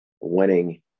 winning